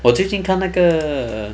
我最近看那个